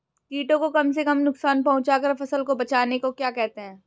कीटों को कम से कम नुकसान पहुंचा कर फसल को बचाने को क्या कहते हैं?